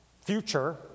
future